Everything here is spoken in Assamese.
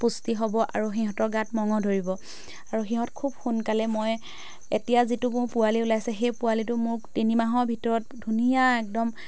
পুষ্টি হ'ব আৰু সিহঁতৰ গাত মঙহ ধৰিব আৰু সিহঁত খুব সোনকালে মই এতিয়া যিটো মোৰ পোৱালি ওলাইছে সেই পোৱালিটো মোক তিনিমাহৰ ভিতৰত ধুনীয়া একদম